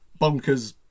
bonkers